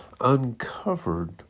uncovered